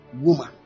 woman